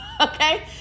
okay